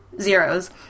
zeros